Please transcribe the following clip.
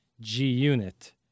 G-Unit